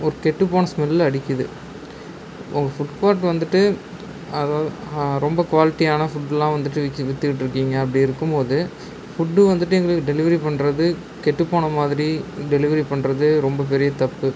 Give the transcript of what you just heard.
ஒரு கெட்டு போன ஸ்மெல் அடிக்குது உங்கள் ஃபுட் கோட் வந்துட்டு அதாவது ரொம்ப குவாலிட்டியான ஃபுட்லாம் வந்துட்டு விக் வித்துகிட்ருக்கிங்க அப்படி இருக்கும்போது ஃபுட்டு வந்துட்டு எங்ளுக்கு டெலிவரி பண்ணுறது கெட்டுப்போன மாதிரி டெலிவரி பண்ணுறது ரொம்ப பெரிய தப்பு